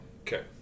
Okay